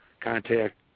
contact